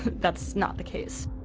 that's not the case